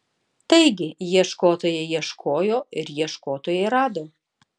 taigi ieškotojai ieškojo ir ieškotojai rado